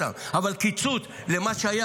אבל קיצוץ ממה שהיה,